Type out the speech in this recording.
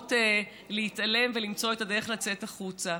בוחרות להתעלם ולמצוא את הדרך לצאת החוצה.